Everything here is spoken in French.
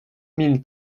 mille